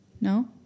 No